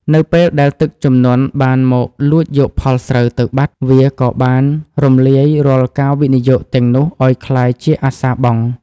នៅពេលដែលទឹកជំនន់បានមកលួចយកផលស្រូវទៅបាត់ វាក៏បានរំលាយរាល់ការវិនិយោគទាំងនោះឱ្យក្លាយជាអាសាបង់។